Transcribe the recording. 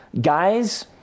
guys